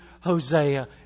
Hosea